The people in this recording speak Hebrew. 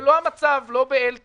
זה לא המצב לא באלתא,